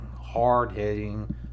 hard-hitting